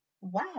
Wow